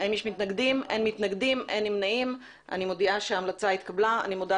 הצבעה ההמלצה אושרה.